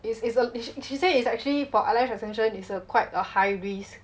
is is a she say it's actually for eyelash extension is a quite a high risk